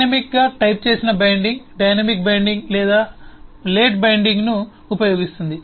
డైనమిక్గా టైప్ చేసిన binding dynamic binding లేదా లేట్ బైండింగ్ను ఉపయోగిస్తుంది